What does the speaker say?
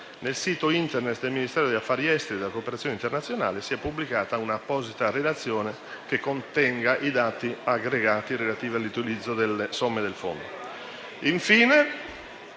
nel sito Internet del Ministero degli affari esteri e della cooperazione internazionale sia pubblicata un'apposita relazione che contenga i dati aggregati relativi all'utilizzo delle somme del fondo.